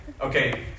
Okay